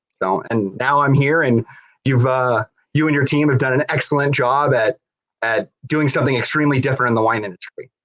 so, and now i'm here and ah you and your team done an excellent job at at doing something extremely different in the wine industry.